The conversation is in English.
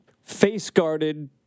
face-guarded